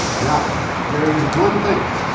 now there is one thing